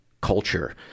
culture